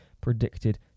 predicted